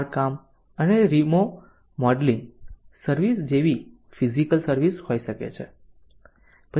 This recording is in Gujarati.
સમારકામ અને રિમોડેલિંગ સર્વિસ જેવી ફીઝીકલ સર્વિસ હોઈ શકે છે